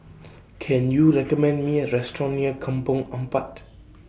Can YOU recommend Me A Restaurant near Kampong Ampat